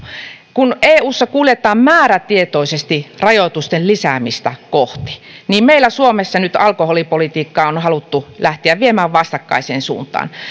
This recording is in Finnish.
kun eussa kuljetaan määrätietoisesti rajoitusten lisäämistä kohti niin meillä suomessa nyt alkoholipolitiikkaa on on haluttu lähteä viemään vastakkaiseen suuntaan